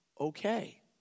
okay